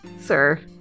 sir